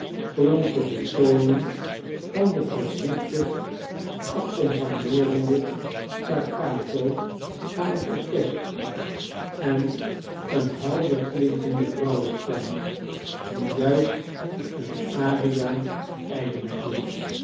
klonken de tonen van den voorzichtig accompagneerenden staccato van het orkest en een helderklinkende vrouwenstem die juist een aria eindigde